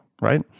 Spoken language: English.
right